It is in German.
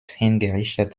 hingerichtet